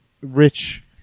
rich